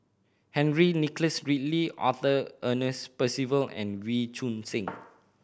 Henry Nicholas Ridley Arthur Ernest Percival and Wee Choon Seng